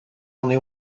only